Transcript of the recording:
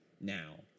now